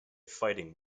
fighting